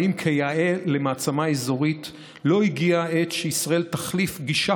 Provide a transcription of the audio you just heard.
האם כיאה למעצמה אזורית לא הגיעה העת שישראל תחליף גישה